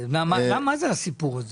מה זה הסיפור הזה?